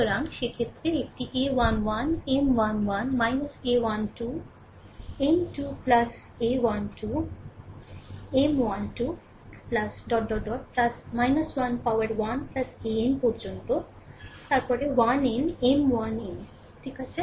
সুতরাং সেক্ষেত্রে একটি a1 1 M 1 1 a 1 2 M 2 a 1 2 M 1 2 dot dot dot 1 পোর 1 an পর্যন্ত তারপরে 1n M1 nঠিক আছে